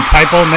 Typo